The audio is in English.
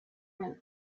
and